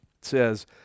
says